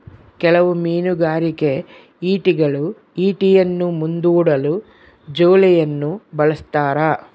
ಕೆಲವು ಮೀನುಗಾರಿಕೆ ಈಟಿಗಳು ಈಟಿಯನ್ನು ಮುಂದೂಡಲು ಜೋಲಿಯನ್ನು ಬಳಸ್ತಾರ